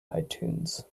itunes